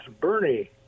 Bernie